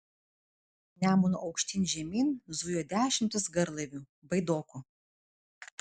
nemunu aukštyn žemyn zujo dešimtys garlaivių baidokų